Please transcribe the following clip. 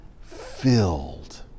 filled